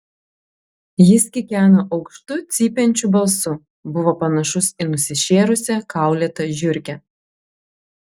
jis kikeno aukštu cypiančiu balsu buvo panašus į nusišėrusią kaulėtą žiurkę